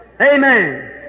Amen